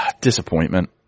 Disappointment